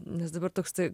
nes dabar toks tai